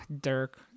Dirk